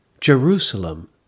Jerusalem